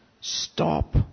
Stop